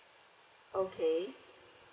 okay